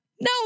No